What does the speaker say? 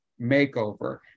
makeover